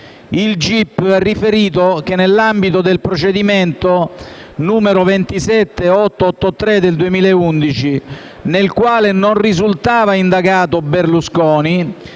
Il gip ha riferito che, nell'ambito del procedimento n. 27883/11, nel quale non risultava indagato Silvio Berlusconi,